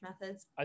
methods